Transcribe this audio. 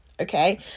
okay